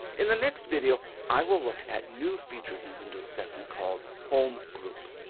in the next video i will look at new feature in windows seven called home group.